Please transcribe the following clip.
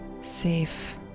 safe